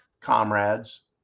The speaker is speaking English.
comrades